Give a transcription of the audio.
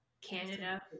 Canada